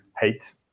hate